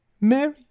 Mary